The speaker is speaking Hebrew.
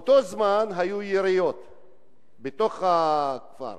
באותו הזמן היו יריות בתוך הכפר,